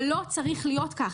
זה לא צריך להיות כך.